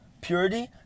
purity